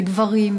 גברים,